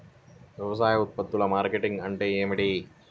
వ్యవసాయ ఉత్పత్తుల మార్కెటింగ్ అంటే ఏమిటి?